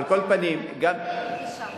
על כל פנים, גם, אז תקיים פגישה.